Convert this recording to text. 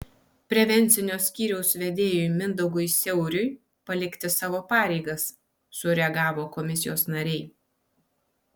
prevencinio skyriaus vedėjui mindaugui siauriui palikti savo pareigas sureagavo komisijos nariai